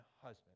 husband